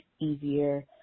easier